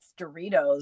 doritos